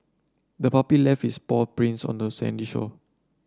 the puppy left its paw prints on the sandy shore